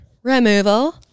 Removal